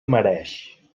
mereix